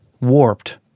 warped